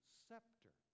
scepter